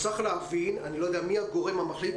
אני לא יודע מי הגורם המחליט.